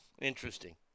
Interesting